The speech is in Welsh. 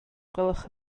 gwelwch